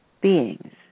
beings